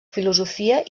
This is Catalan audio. filosofia